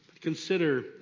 Consider